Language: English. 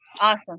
awesome